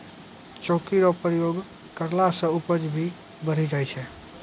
चौकी रो प्रयोग करला से उपज भी बढ़ी जाय छै